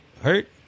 hurt